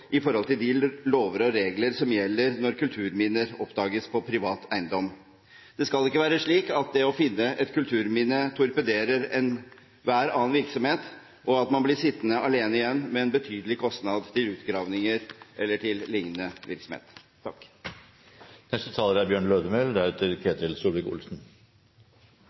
i forhold til de lover og regler som gjelder når kulturminner oppdages på privat eiendom. Det skal ikke være slik at det å finne et kulturminne torpederer enhver annen virksomhet, og at man blir sittende alene igjen med en betydelig kostnad til utgravninger eller til liknende virksomhet.